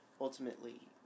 ultimately